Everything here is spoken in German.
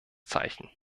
zeichen